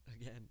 again